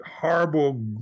horrible